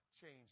change